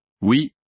Oui